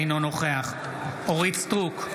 אינו נוכח אורית מלכה סטרוק,